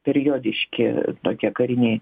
periodiški tokie kariniai